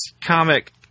comic